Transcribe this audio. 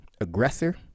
aggressor